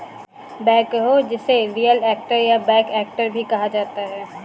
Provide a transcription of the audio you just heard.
backhoe जिसे rear actor या back actor भी कहा जाता है